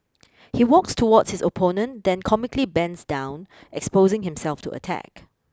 he walks towards his opponent then comically bends down exposing himself to attack